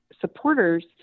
supporters